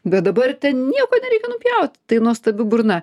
bet dabar ten nieko nereikia nupjauti tai nuostabi burna